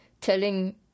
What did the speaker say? telling